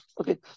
Okay